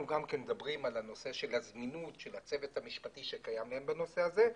אנחנו גם מדברים על הזמינות של הצוות המשפטי שקיים אצלה לנושא זה.